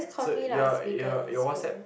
so your your your WhatsApp